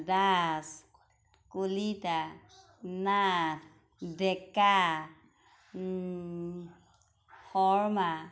Das Kalita Nath Deka Sharma